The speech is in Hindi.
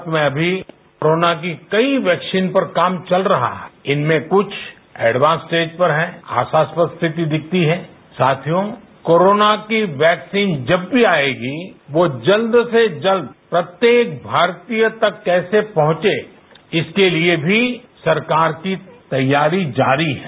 भारत में अभी कोरोना की कई वैक्सीन पर काम चल रहा है इनमें कुछ एडवांस स्टेज पर हैं ऐसी स्थिति दिखती है साथियों कोरोना की वैक्सीन जब आएगी वह जल्द से जल्द प्रत्येक भारतीय तक कैसे पहुंचे इसके लिए भी सरकार की तैयारी जारी है